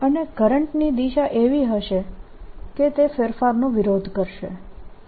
અને કરંટની દિશા એવી હશે કે તે ફેરફારનો વિરોધ કરશે